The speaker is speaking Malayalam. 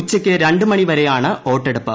ഉച്ചയ്ക്ക് രണ്ട് മണി വരെയാണ് വോട്ടെടുപ്പ്